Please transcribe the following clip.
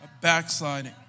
Backsliding